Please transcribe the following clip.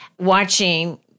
watching